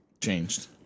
changed